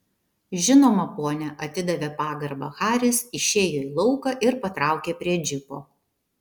žinoma pone atidavė pagarbą haris išėjo į lauką ir patraukė prie džipo